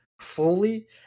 fully